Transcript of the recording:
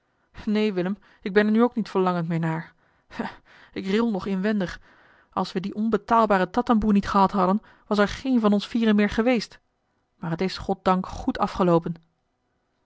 neen kees ik ben er nu ook niet verlangend meer naar hè ik ril nog inwendig als we dien onbetaalbaren tatamboe niet gehad hadden was er geen van ons vieren meer geweest maar t is goddank goed afgeloopen